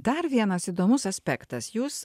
dar vienas įdomus aspektas jūs